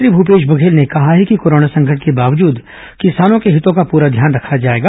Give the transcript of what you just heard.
मुख्यमंत्री भूपेश बघेल ने कहा है कि कोरोना संकट के बावजूद किसानों के हितों का पूरा ध्यान रखा जाएगा